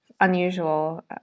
unusual